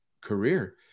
career